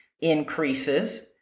increases